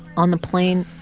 on the plane,